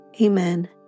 Amen